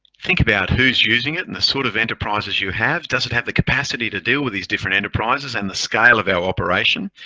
think about who is using it and the sort of enterprises you have. does it have the capacity to deal with these different enterprises and the scale of our operation?